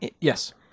Yes